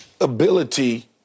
ability